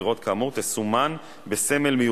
אדוני היושב-ראש, כנסת נכבדה,